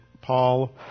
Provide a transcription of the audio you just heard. Paul